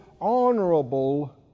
honorable